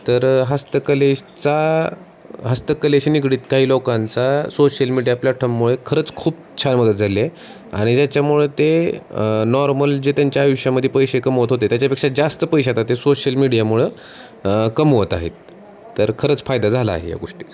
तर हस्तकलेचा हस्तकलेशी निगडीत काही लोकांचा सोशल मीडिया प्लॅटफॉर्ममुळे खरंच खूप छान मदत झाली आहे आणि ज्याच्यामुळे ते नॉर्मल जे त्यांच्या आयुष्यामध्ये पैसे कमवत होते त्याच्यापेक्षा जास्त पैसे आता ते सोशल मीडियामुळं कमवत आहेत तर खरंच फायदा झाला आहे या गोष्टीचा